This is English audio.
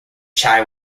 chai